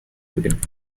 بودیم